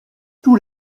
tous